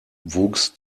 wuchs